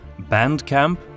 Bandcamp